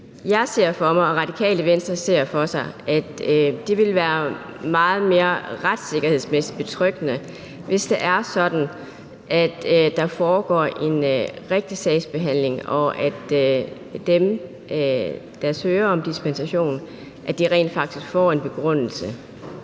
retssikkerhedsmæssigt vil være meget mere betryggende, hvis det er sådan, at der foregår en rigtig sagsbehandling, og at dem, der søger om dispensation, rent faktisk får en begrundelse.